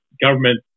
government